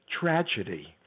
tragedy